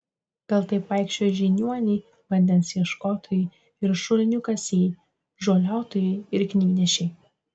gal taip vaikščiojo žiniuoniai vandens ieškotojai ir šulinių kasėjai žoliautojai ir knygnešiai